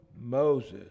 Moses